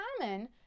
common